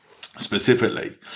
specifically